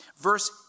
Verse